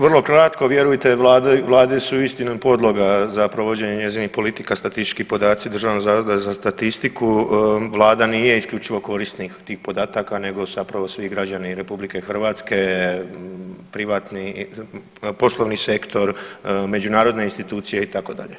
Vrlo kratko, vjerujte vlade, vlade su istinom podloga za provođenje njezinih politika statistički podaci Državnog zavoda za statistiku, vlada nije isključivo korisnik tih podataka nego zapravo svi građani RH, privatni, poslovni sektor, međunarodne institucije itd.